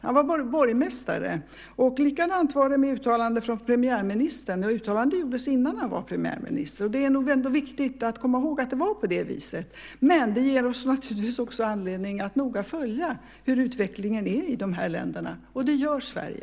Han var bara borgmästare. Likadant var det med uttalandet från premiärministern. Det uttalandet gjordes innan han var premiärminister. Det är nog viktigt att komma ihåg att det var på det viset, men det ger oss naturligtvis anledning att noga följa utvecklingen i de länderna. Det gör Sverige.